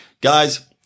Guys